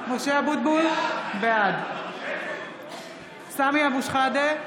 בעד סמי אבו שחאדה,